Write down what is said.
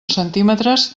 centímetres